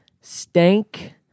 stank